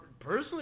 Personally